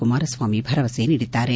ಕುಮಾರಸ್ವಾಮಿ ಭರವಸೆ ನೀಡಿದ್ದಾರೆ